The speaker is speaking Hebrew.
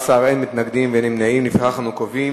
ההצעה להעביר